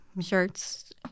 shirts